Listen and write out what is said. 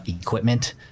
equipment